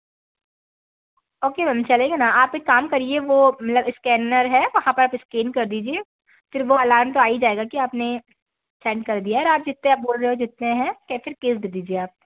okay ma'am चलेगा ना आप एक काम करिए वो स्कैनर है वहाँ पर आप स्कैन कर दीजिए फिर वो अलार्म तो आ ही जाएगा कि आपने सेंड कर दिया है और जितनी आप बोल रहे हो जितने हैं या फिर कैश दे दीजिए आप